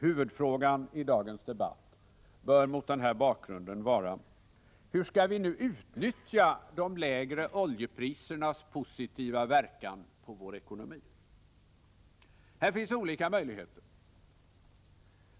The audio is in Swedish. Huvudfrågan i dagens debatt bör mot den här bakgrunden vara: Hur skall vi utnyttja de lägre oljeprisernas positiva verkan på vår ekonomi? Här finns olika möjligheter.